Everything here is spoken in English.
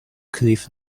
cliff